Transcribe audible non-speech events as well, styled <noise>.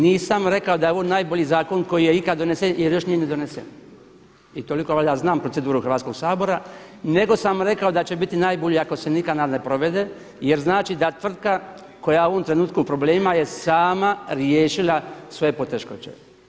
Nisam rekao da je ovo najbolji zakon koji je ikad donesen jer još nije ni donesen i toliko valjda znam proceduru Hrvatskog sabora, nego sam rekao da će biti najbolje ako se nikad … <unintelligible> jer znači da tvrtka koja je u ovom trenutku u problemima je sama riješila svoje poteškoće.